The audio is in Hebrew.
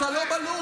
אתה לא בלופ.